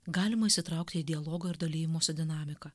galima įsitraukti į dialogo ir dalijimosi dinamiką